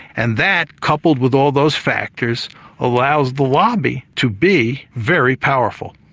and that coupled with all those factors allows the lobby to be very powerful.